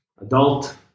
adult